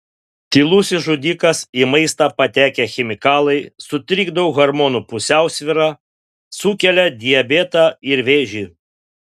tylusis žudikas į maistą patekę chemikalai sutrikdo hormonų pusiausvyrą sukelia diabetą ir vėžį